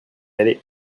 aller